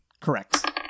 Correct